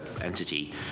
entity